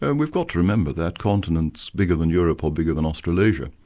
and we've got to remember that continent's bigger than europe or bigger than australasia.